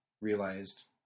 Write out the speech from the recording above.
realized